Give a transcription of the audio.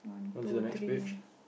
want see the next page